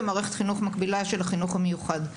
ומערכת חינוך מקבילה של החינוך המיוחד.